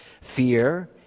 Fear